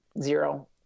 zero